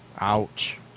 Ouch